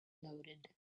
loaded